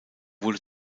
wurde